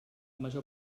major